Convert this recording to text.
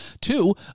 Two